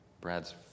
Brad's